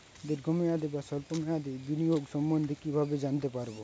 দীর্ঘ মেয়াদি বা স্বল্প মেয়াদি বিনিয়োগ সম্বন্ধে কীভাবে জানতে পারবো?